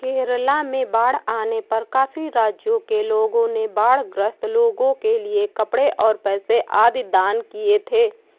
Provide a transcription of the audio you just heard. केरला में बाढ़ आने पर काफी राज्यों के लोगों ने बाढ़ ग्रस्त लोगों के लिए कपड़े, पैसे आदि दान किए थे